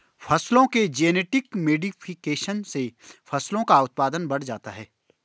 फसलों के genetic modification से फसलों का उत्पादन बढ़ जाता है